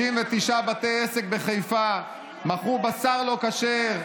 39 בתי עסק בחיפה מכרו בשר לא כשר,